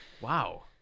Wow